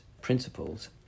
principles